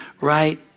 right